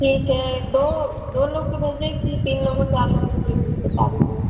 ठीक है एक दो दो लोगों को भेज दें कि तीन लोगों चार लोगों को भेज दे बता दीजिए